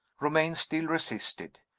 romayne still resisted.